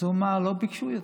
אז הוא אמר: לא ביקשו יותר.